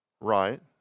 Right